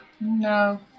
No